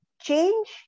change